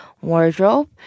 wardrobe